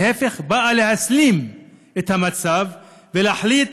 להפך, היא באה להסלים את המצב ולהחליט